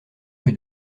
rue